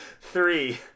three